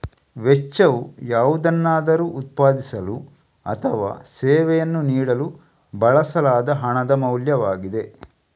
ವೆಚ್ಚವು ಯಾವುದನ್ನಾದರೂ ಉತ್ಪಾದಿಸಲು ಅಥವಾ ಸೇವೆಯನ್ನು ನೀಡಲು ಬಳಸಲಾದ ಹಣದ ಮೌಲ್ಯವಾಗಿದೆ